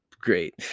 great